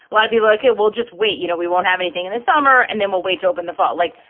lot of you look at we'll just wait. you know, we won't have anything in the summer and then we'll wait to open the fall. like,